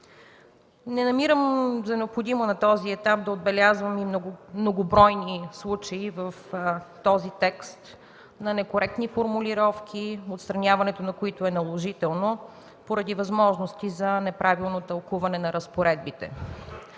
Не намирам за необходимо на този етап да отбелязвам многобройни случаи в този текст на некоректни формулировки, отстраняването на които е наложително, поради възможности за неправилно тълкуване на разпоредбите.